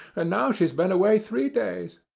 and now she's been away three days.